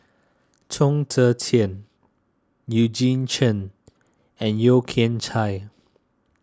Chong Tze Chien Eugene Chen and Yeo Kian Chye